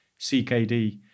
CKD